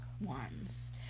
ones